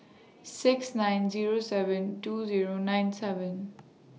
six nine Zero seven two Zero nine seven